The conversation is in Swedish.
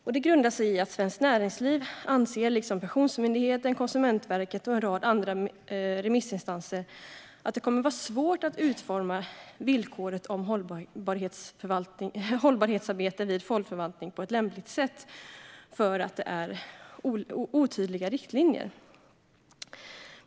Grunden till detta är att Svenskt Näringsliv liksom Pensionsmyndigheten, Konsumentverket och en rad andra remissinstanser anser att det kommer att vara svårt att utforma villkoret om hållbarhetsarbete vid fondförvaltning på ett lämpligt sätt. Man menar att riktlinjerna är otydliga.